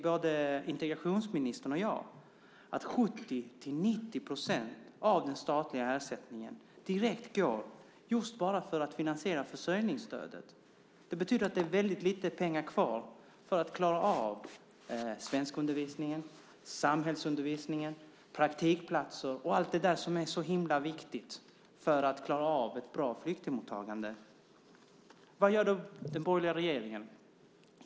Både integrationsministern och jag vet att 70-90 procent av den statliga ersättningen går direkt till att finansiera försörjningsstödet. Det betyder att det är väldigt lite pengar kvar för att klara svenskundervisning, samhällsundervisningen, praktikplatser och allt det som är så himla viktigt för att klara av ett bra flyktingmottagande. Vad gör då den borgerliga regeringen?